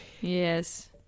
yes